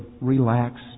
relaxed